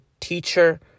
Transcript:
teacher